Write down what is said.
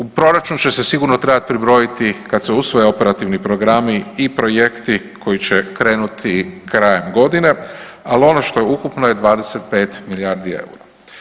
U proračun će se sigurno trebali pribrojiti, kad se usvoje Operativni programi i projekti koji će krenuti krajem godine, ali ono što je ukupno je 25 milijardi eura.